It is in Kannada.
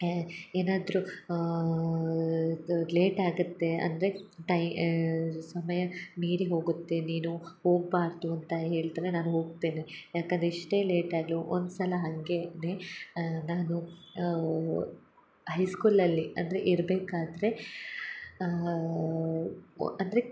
ಎ ಏನಾದರು ಲೇಟ್ ಆಗುತ್ತೆ ಅಂದರೆ ಟೈ ಸಮಯ ಮೀರಿ ಹೋಗುತ್ತೆ ನೀನು ಹೋಗಿ ಬಾ ಅಂತ ಹೇಳ್ತಾರೆ ನಾನು ಹೋಗ್ತೇನೆ ಯಾಕಂದರೆ ಎಷ್ಟೇ ಲೇಟ್ ಆಗ್ಲೂ ಒಂದ್ಸಲ ಹಾಗೇನೆ ನಾನು ಹೈ ಸ್ಕೂಲಲ್ಲಿ ಅಂದರೆ ಇರ್ಬೇಕಾದರೆ ಅಂದರೆ